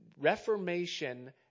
reformation